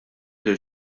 lil